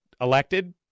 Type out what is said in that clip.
elected